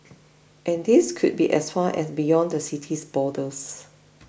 and these could be as far as beyond the city's borders